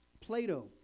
Plato